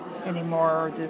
anymore